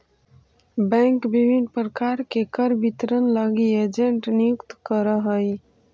bank विभिन्न प्रकार के कर वितरण लगी एजेंट नियुक्त करऽ हइ